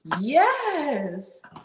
Yes